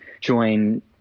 join